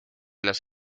las